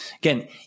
Again